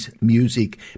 Music